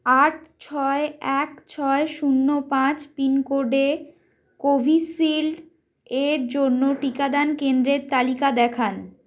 আট ছয় এক ছয় শূন্য পাঁচ পিনকোডে কোভিশিল্ড এর জন্য টিকাদান কেন্দ্রের তালিকা দেখান